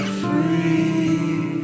free